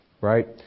Right